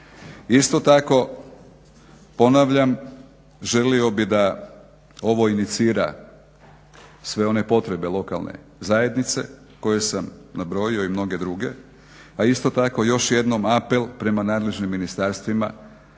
Isto tako ponavljam, želio bi da ovo inicira sve one potrebe lokalne zajednice koje sam nabrojio i mnoge druge, a isto tako još jednom apel prema nadležnim ministarstvima